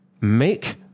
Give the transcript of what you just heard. make